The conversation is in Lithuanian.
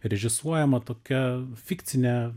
režisuojama tokia fikcinė